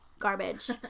garbage